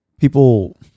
people